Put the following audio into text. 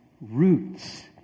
roots